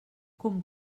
com